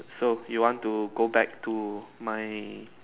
so you want to go back to my